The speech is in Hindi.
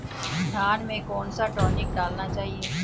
धान में कौन सा टॉनिक डालना चाहिए?